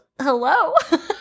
hello